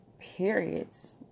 periods